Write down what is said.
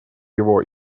его